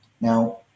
Now